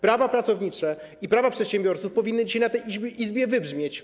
Prawa pracownicze i prawa przedsiębiorców powinny dzisiaj w tej Izbie wybrzmieć.